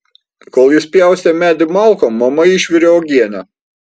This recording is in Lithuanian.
kol jis pjaustė medį malkom mama išvirė uogienę